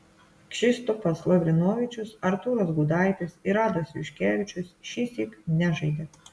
kšištofas lavrinovičius artūras gudaitis ir adas juškevičius šįsyk nežaidė